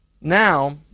now